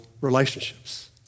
relationships